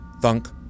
Thunk